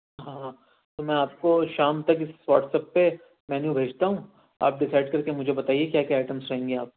ہاں تو میں آپ کو شام تک اس واٹس ایپ پہ مینیو بھیجتا ہوں آپ ڈسائڈ کرکے مجھے بتائیے کیا کیا آئٹمس چاہئیں آپ